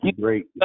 great